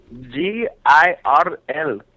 G-I-R-L